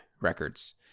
Records